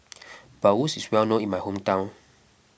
Bratwurst is well known in my hometown